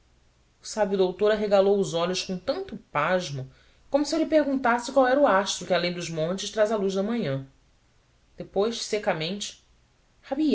sábio doutor arregalou os olhos com tanto pasmo como se eu lhe perguntasse qual era o astro que além dos montes traz a luz da manhã depois secamente